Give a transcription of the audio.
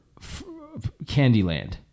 Candyland